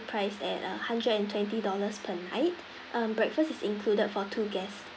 priced at uh hundred and twenty dollars per night um breakfast is included for two guests